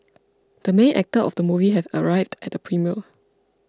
the main actor of the movie has arrived at the premiere